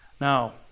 Now